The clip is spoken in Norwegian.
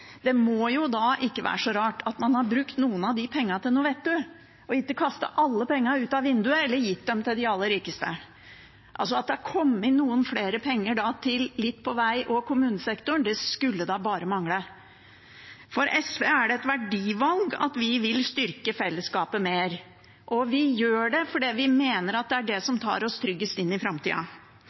ikke så rart om man har brukt noen av de pengene til noe vettug og ikke har kastet alle pengene ut av vinduet eller gitt dem til de aller rikeste. At det da har kommet noe mer penger til vei og kommunesektoren, skulle da bare mangle. For SV er det et verdivalg at vi vil styrke fellesskapet mer. Vi gjør det fordi vi mener det er det som tar oss tryggest inn i framtida.